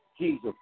Jesus